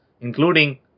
including